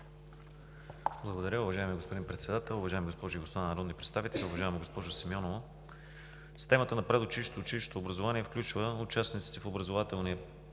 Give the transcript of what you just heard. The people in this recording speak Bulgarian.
Благодаря, уважаеми господин Председател. Уважаеми госпожи и господа народни представители! Уважаема госпожо Симеонова, системата на предучилищното и училищното образование включва участниците в образователния